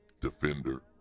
defender